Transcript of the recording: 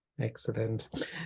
Excellent